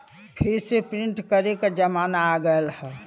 फिर से प्रिंट करे क जमाना आ गयल हौ